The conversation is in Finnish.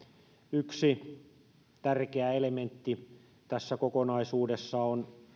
yksi tärkeä elementti tässä kokonaisuudessa on